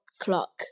clock